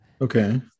Okay